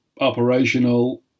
operational